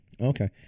Okay